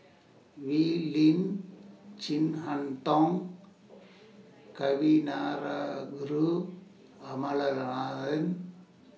Wee Lin Chin Harn Tong Kavignareru Amallathasan